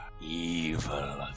evil